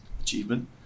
achievement